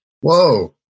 Whoa